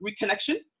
reconnection